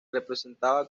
representaba